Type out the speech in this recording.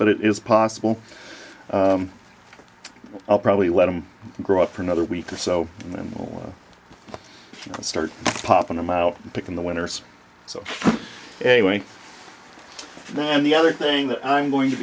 but it is possible i'll probably let them grow up for another week or so and then you can start popping them out and picking the winners so anyway and the other thing that i'm going to